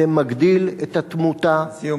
זה מגדיל את התמותה, זיהומים.